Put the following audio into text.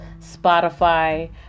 Spotify